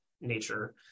nature